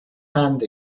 hand